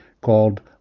called